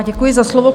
Děkuji za slovo.